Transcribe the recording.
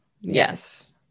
yes